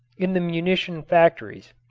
in the munition factories.